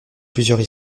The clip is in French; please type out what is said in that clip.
plusieurs